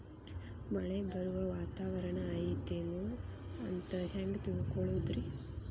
ಮಳೆ ಬರುವ ವಾತಾವರಣ ಐತೇನು ಅಂತ ಹೆಂಗ್ ತಿಳುಕೊಳ್ಳೋದು ರಿ?